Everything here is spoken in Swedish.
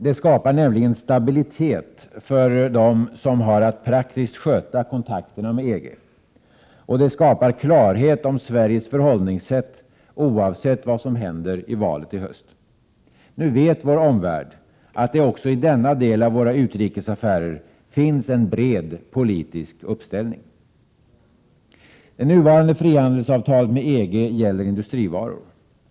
Den skapar nämligen stabilitet för dem som har att praktiskt sköta kontakterna med EG, och det skapar klarhet om Sveriges förhållningssätt oavsett vad som händer i valet i höst. Nu vet vår omvärld att det också i denna del av våra utrikesaffärer finns en bred politisk uppställning. Det nuvarande frihandelsavtalet med EG gäller varor.